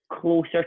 closer